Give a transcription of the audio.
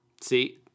See